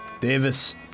Davis